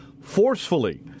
forcefully